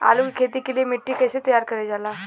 आलू की खेती के लिए मिट्टी कैसे तैयार करें जाला?